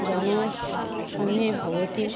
जनस्य समये भवति